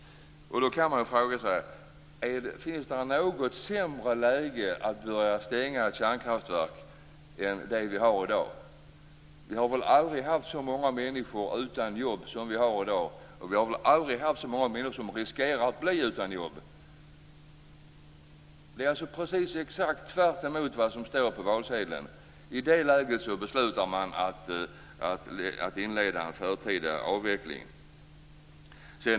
Man kan då fråga sig: Finns det något sämre läge att börja stänga kärnkraftverk än det vi har i dag? Vi har väl aldrig haft så många människor utan jobb som vi har i dag, och vi har väl aldrig haft så många människor som riskerar att bli utan jobb. Det är exakt tvärtemot vad som står på valsedeln. I det läget beslutar man att inleda en förtida avveckling.